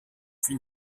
fil